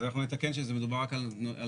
אז אנחנו נתקן שזה מדובר רק על נותני